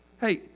Hey